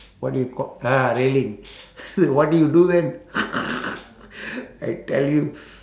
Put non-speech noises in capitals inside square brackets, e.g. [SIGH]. what do you call ah railing [NOISE] what do you do then [NOISE] I tell you